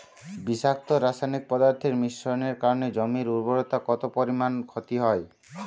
বিষাক্ত রাসায়নিক পদার্থের মিশ্রণের কারণে জমির উর্বরতা কত পরিমাণ ক্ষতি হয়?